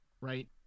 right